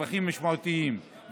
רווחים משמעותיים,